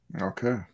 Okay